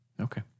Okay